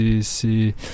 c'est